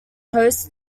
hosts